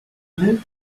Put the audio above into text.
lives